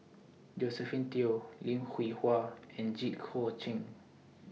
Josephine Teo Lim Hwee Hua and Jit Koon Ch'ng